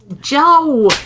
Joe